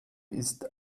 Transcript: ist